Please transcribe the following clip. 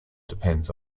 depends